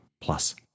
plus